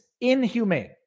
inhumane